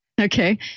Okay